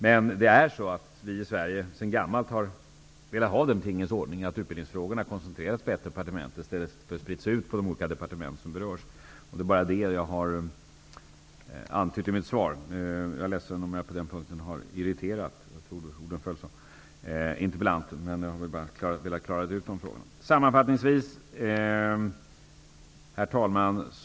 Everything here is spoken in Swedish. Men vi har i Sverige sedan gammalt haft den tingens ordning att utbildningsfrågorna koncentreras på ett departement i stället för att spridas upp på olika department. Det var det jag antydde i mitt svar. Jag är ledsen om jag på den punkten har irriterat interpellanten. Herr talman!